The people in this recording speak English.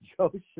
Joseph